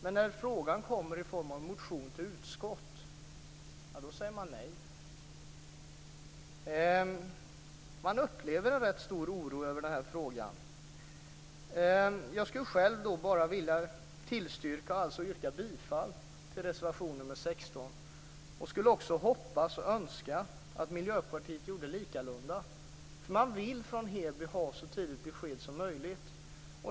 Men när frågan kommer upp i form av en motion till utskottet säger man nej. I Heby är oron rätt stor över den här frågan. Jag vill yrka bifall till reservation nr 16. Jag hoppas och önskar också att Miljöpartiet gjorde sammalunda. I Heby vill man ha besked så fort som möjligt.